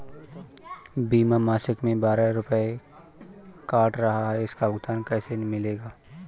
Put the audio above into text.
बीमा मासिक में बारह रुपय काट रहा है इसका भुगतान कैसे मिलेगा?